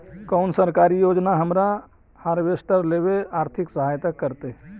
कोन सरकारी योजना हमरा हार्वेस्टर लेवे आर्थिक सहायता करतै?